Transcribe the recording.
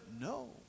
No